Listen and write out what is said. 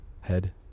head